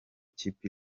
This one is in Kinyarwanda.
kipe